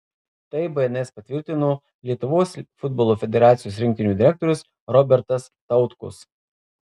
tai bns patvirtino lietuvos futbolo federacijos rinktinių direktorius robertas tautkus